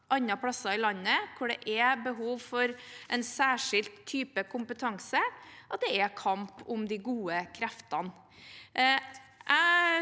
andre plasser i landet hvor det er behov for en særskilt type kompetanse, at det er kamp om de gode kreftene.